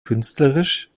künstlerisch